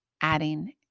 adding